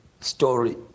story